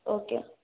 okay